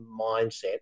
mindset